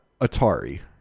Atari